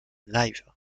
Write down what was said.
live